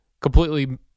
completely